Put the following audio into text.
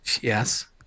yes